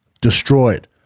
destroyed